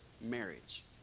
Marriage